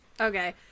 Okay